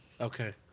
Okay